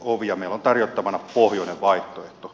meillä on tarjottavana pohjoinen vaihtoehto